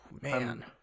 man